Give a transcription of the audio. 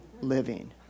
living